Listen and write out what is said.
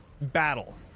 battle